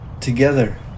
together